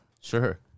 Sure